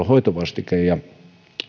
hoitovastike ja